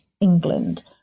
England